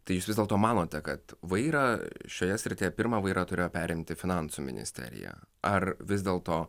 tai jūs vis dėlto manote kad vairą šioje srityje pirma vairą turėjo perimti finansų ministerija ar vis dėl to